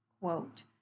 quote